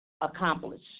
accomplish